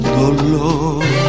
dolor